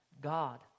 God